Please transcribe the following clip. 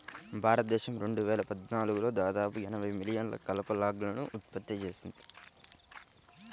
భారతదేశం రెండు వేల పద్నాలుగులో దాదాపు యాభై మిలియన్ల కలప లాగ్లను ఉత్పత్తి చేసింది